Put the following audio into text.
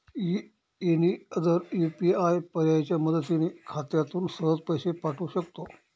any other UPI पर्यायाच्या मदतीने खात्यातून सहज पैसे पाठवू शकतो